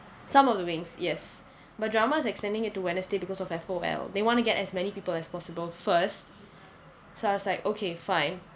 some of the wings yes but drama extending it to wednesday because of F_O_L they want to get as many people as possible first so I was like okay fine